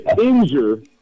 injure